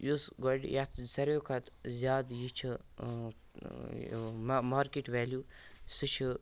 یُس گۄڈٕ یَتھ ساروٕے کھۄتہٕ زیادٕ یہِ چھُ ٲں مارکیٚٹ ویلیو سُہ چھُ